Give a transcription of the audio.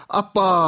apa